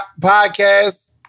podcast